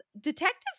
detectives